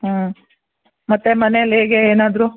ಹ್ಞೂ ಮತ್ತು ಮನೆಯಲ್ಲಿ ಹೇಗೆ ಏನಾದರೂ